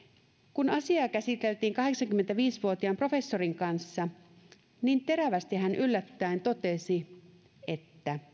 kun asiaa käsiteltiin kahdeksankymmentäviisi vuotiaan professorin kanssa niin terävästi hän yllättäen totesi että